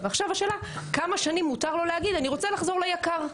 ועכשיו השאלה כמה שנים מותר לו להגיד אני רוצה לחזור ליקר.